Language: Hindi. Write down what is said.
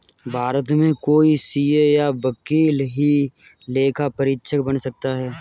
भारत में कोई सीए या वकील ही लेखा परीक्षक बन सकता है